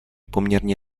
poměrně